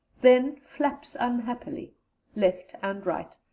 then flaps unhappily left and right,